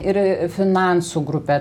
ir finansų grupe